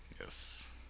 Yes